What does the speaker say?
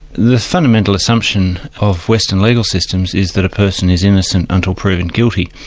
the fundamental assumption of western legal systems is that a person is innocent until proven guilty.